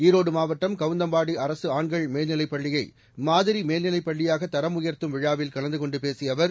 ஈரோடு மாவட்டம் கவுந்தபாடி அரசு ஆண்கள் மேல்நிலைப் பள்ளியை மாதிரி மேல்நிலைப் பள்ளியாக தரம் உயர்த்தும் விழாவில் கலந்து கொண்டு பேசிய அவர்